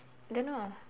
don't know